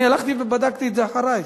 אני הלכתי ובדקתי את זה אחרייך.